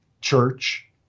church